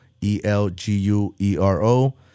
e-l-g-u-e-r-o